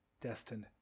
destined